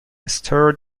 stare